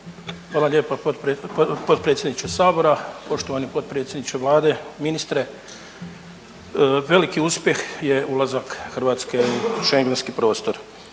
Hvala lijepo potpredsjedniče sabora. Poštovani potpredsjedniče Vlade, ministre, veliki uspjeh je ulazak Hrvatske u Schengenski prostor.